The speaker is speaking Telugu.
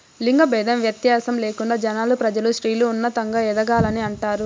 లింగ భేదం వ్యత్యాసం లేకుండా జనాలు ప్రజలు స్త్రీలు ఉన్నతంగా ఎదగాలని అంటారు